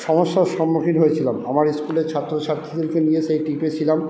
সমস্যার সম্মুখীন হয়েছিলাম আমার ইস্কুলের ছাত্র ছাত্রীদের নিয়ে সেই ট্রিপে ছিলাম